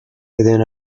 within